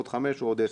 עוד חמש או עוד עשר.